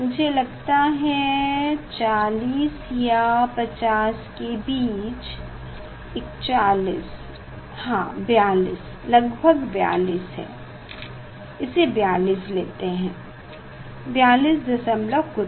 मुझे लगता है ये 40 या 50 के बीच 41 42 हाँ ये लगभग 42 है इसे 42 लेते हैं 42 दशमलव कुछ